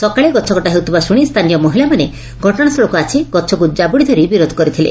ସକାଳେ ଗଛକଟା ହେଉଥିବା ଶୁଶି ସ୍ରାନୀୟ ମହିଳାମାନେ ଘଟଶାସ୍ତୁଳକୁ ଆସି ଗଛକୁ ଜାବୁଡ଼ି ଧରି ବିରୋଧ କରିଥିଲେ